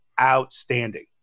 outstanding